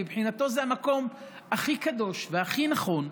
מבחינתו זה המקום הכי קדוש והכי נכון,